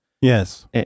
Yes